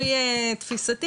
שינוי תפיסתי,